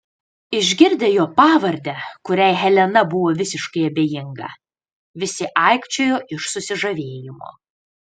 išgirdę jo pavardę kuriai helena buvo visiškai abejinga visi aikčiojo iš susižavėjimo